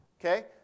okay